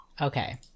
Okay